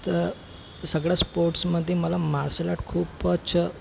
तर सगळ्या स्पोर्ट्समध्ये मला मार्शल आर्ट खूपच